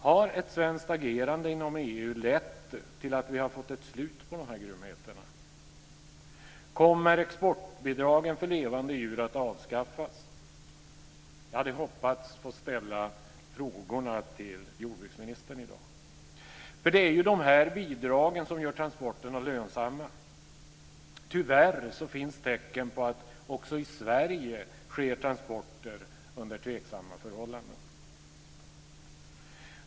Har ett svenskt agerande inom EU lett till att vi har fått ett slut på grymheterna? Jag hade hoppats att få ställa frågorna till jordbruksministern i dag. Det är dessa bidrag som gör transporterna lönsamma. Tyvärr finns tecken på att också i Sverige sker transporter under tveksamma förhållanden.